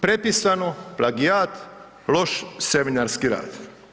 Prepisano, plagijat, loš seminarski rad.